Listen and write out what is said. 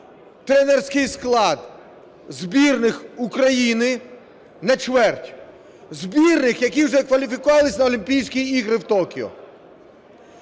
тренерський склад збірних України на чверть. Збірних, які вже кваліфікувалися на Олімпійські ігри в Токіо.